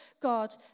God